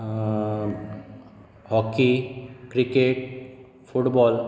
hockey cricket football